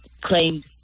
claimed